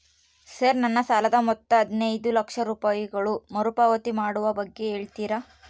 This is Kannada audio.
ಸರ್ ನನ್ನ ಸಾಲದ ಮೊತ್ತ ಹದಿನೈದು ಲಕ್ಷ ರೂಪಾಯಿಗಳು ಮರುಪಾವತಿ ಮಾಡುವ ಬಗ್ಗೆ ಹೇಳ್ತೇರಾ?